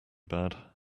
bad